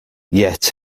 yet